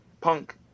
punk